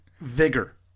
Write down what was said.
vigor